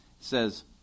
says